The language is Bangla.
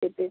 সেটাই